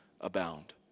abound